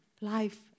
Life